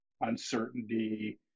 uncertainty